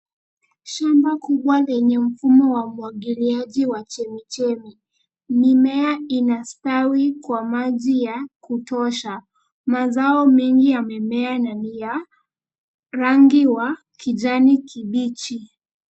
Shamba kubwa lenye mfumo wa umwagiliaji wa chemichemi. Mimea inastawi kwa maji ya kutosha. Mazao mengi yamemea na ni ya rangi wa kijani kibichi.